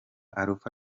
alpha